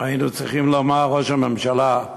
היינו צריכים לומר, ראש הממשלה,